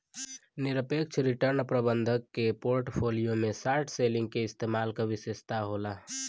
निरपेक्ष रिटर्न प्रबंधक के पोर्टफोलियो में शॉर्ट सेलिंग के इस्तेमाल क विशेषता होला